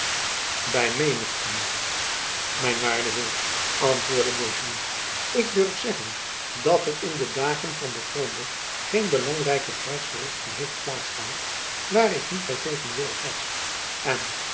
by menigten mijn waarde heer antwoordde gourville ik durf zeggen dat er in de dagen van de fronde geen belangrijke krijgsverrichting heeft plaats gehad waar ik niet by tegenwoordig was en